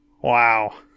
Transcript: Wow